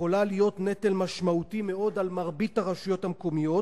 יכולה להיות נטל משמעותי מאוד על מרבית הרשויות המקומיות,